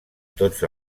tots